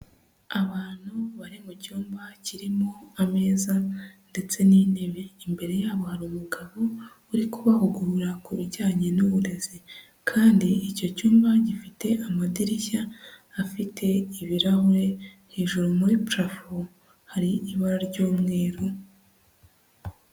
Abantu bari mu cyumba kirimo ameza ndetse n'intebe. Imbere yabo hari umugabo uri kubagurura kubijyanye n'uburezi kandi icyo cyumba gifite amadirishya afite ibirahure, hejuru muri parafo hari ibara ry'umweru.